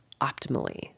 optimally